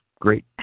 great